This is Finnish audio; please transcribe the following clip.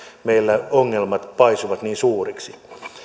meillä ongelmat paisuvat niin suuriksi